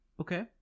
Okay